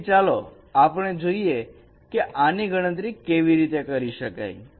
તેથી ચાલો આપણે જોઈએ આ ની ગણતરી કેવી રીતે કરી શકાય